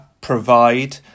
provide